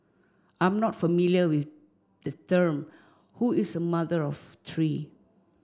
I'm not familiar with the term who is a mother of three